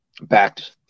backed